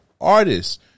artists